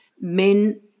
men